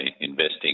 investing